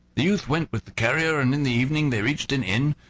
the youth went with the carrier, and in the evening they reached an inn,